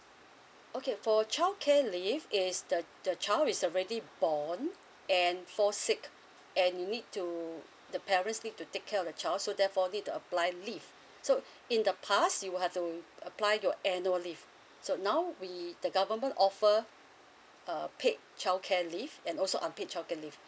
okay for child care leave is the the child is already born and fall sick and you need to the parents need to take care of the child so therefore need to apply leave so in the past you will have to apply your annual leave so now we the government offer uh paid child care leave and also unpaid child care leave